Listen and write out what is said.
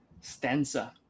stanza